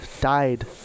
died